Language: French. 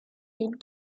les